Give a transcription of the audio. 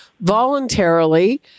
voluntarily